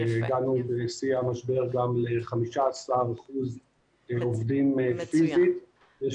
והגענו בשיא המשבר גם ל-15% עובדים פיסית.